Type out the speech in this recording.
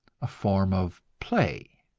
a form of play.